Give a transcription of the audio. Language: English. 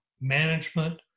management